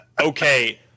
Okay